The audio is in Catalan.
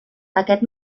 aquest